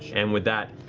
and with that,